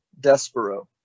Despero